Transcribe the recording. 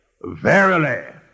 verily